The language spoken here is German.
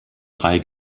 drei